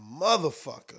motherfucker